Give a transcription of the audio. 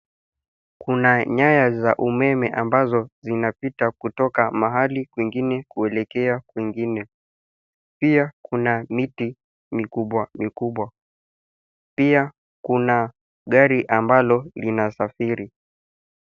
Kuna nyaya za umeme ambazo zinapita kutoka mahali kwingine kuelekea kwingine. Pia kuna miti mikubwa mikubwa. Pia kuna gari ambalo linasafiri.